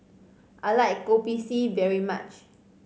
I like Kopi C very much